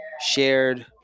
shared